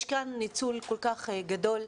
יש כאן ניצול כל כך גדול,